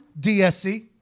DSC